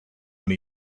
when